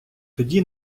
тоді